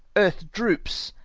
earth droops,